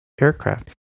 aircraft